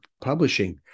publishing